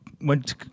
Went